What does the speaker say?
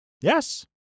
Yes